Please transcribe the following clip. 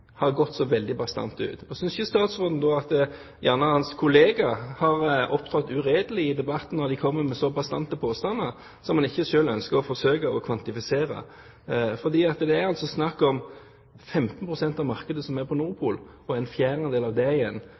har gått så veldig bastant ut. Synes ikke statsråden at hans kollegaer har opptrådt uredelig i debatten, når de kommer med så bastante påstander, som han selv ikke ønsker å forsøke å kvantifisere? For det er altså snakk om 15 pst. av markedet som er på Nord Pool, og en fjerdedel av det igjen